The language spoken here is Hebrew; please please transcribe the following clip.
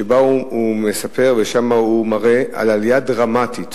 מה שהוא מספר ומראה זה עלייה דרמטית